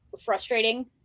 frustrating